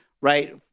right